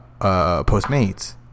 Postmates